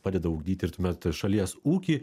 padeda ugdyti ir tuomet šalies ūkį